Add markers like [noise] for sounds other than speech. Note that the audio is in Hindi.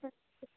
[unintelligible]